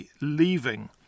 leaving